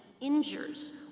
injures